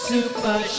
Super